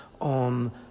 on